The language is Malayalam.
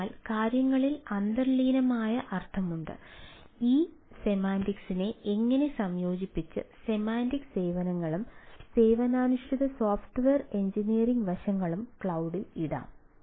അതിനാൽ കാര്യങ്ങളിൽ അന്തർലീനമായ അർത്ഥമുണ്ട് ആ സെമാന്റിക്സിനെ എങ്ങനെ സംയോജിപ്പിച്ച് സെമാന്റിക് സേവനങ്ങളും സേവനാധിഷ്ഠിത സോഫ്റ്റ്വെയർ എഞ്ചിനീയറിംഗ് വശങ്ങളും ക്ലൌഡിൽ ഇടാം